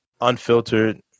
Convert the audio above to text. Unfiltered